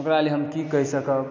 ओकरा लय हम कि कहि सकब